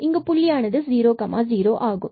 இங்கு புள்ளியானது00 ஆகும்